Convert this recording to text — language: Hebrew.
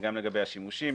גם לגבי השימושים,